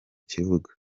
kibuga